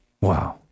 Wow